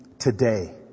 today